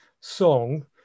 song